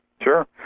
Sure